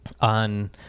On